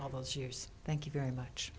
all those years thank you very much